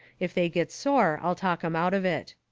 if they get sore i'll talk em out of it.